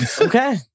Okay